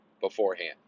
beforehand